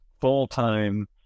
full-time